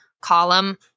column